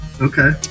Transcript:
Okay